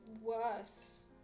worse